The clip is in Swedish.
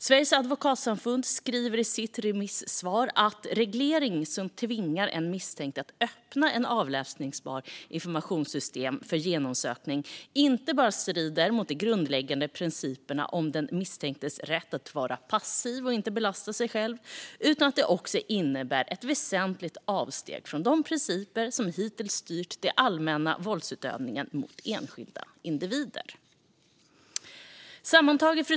Sveriges advokatsamfund skriver i sitt remissvar att en reglering som tvingar en misstänkt att öppna ett avläsningsbart informationssystem för genomsökning inte bara strider mot de grundläggande principerna om den misstänktes rätt att vara passiv och inte belasta sig själv utan också innebär ett väsentligt avsteg från de principer som hittills styrt det allmännas våldsutövning mot enskilda individer. Fru talman!